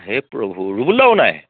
হে প্ৰভু ৰুবুলদাও নাই